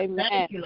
Amen